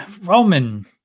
Roman